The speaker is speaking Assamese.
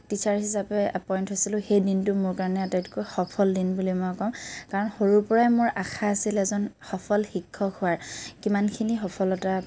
টিচাৰ হিচাপে এপইণ্ট হৈছিলোঁ সেই দিনটো মোৰ কাৰণে আটাইতকৈ সফল দিন বুলি মই ক'ম কাৰণ সৰুৰে পৰাই মোৰ আশা আছিল এজন সফল শিক্ষক হোৱাৰ কিমানখিনি সফলতা